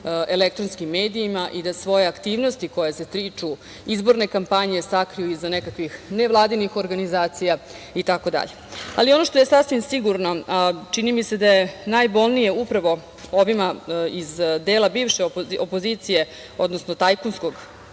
elektronskim medijima i da svoje aktivnosti koje se tiču izborne kampanje sakriju iza nekakvih nevladinih organizacija itd. Ono što je sasvim sigurno, a čini mi se da je najbolnije upravo ovima iz dela bivše opozicije, odnosno tajkunskog